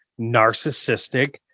narcissistic